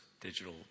digital